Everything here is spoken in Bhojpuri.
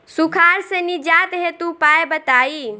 सुखार से निजात हेतु उपाय बताई?